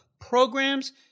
programs